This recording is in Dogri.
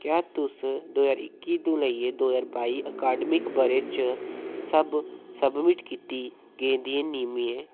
क्या तुस दो ज्हार इक्की तो लेइयै दो ज्हार बाई अकादमिक ब'रे च सब सबमिट कीती गेदियें निमिये